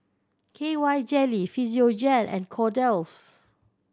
K Y Jelly Physiogel and Kordel's